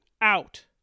Out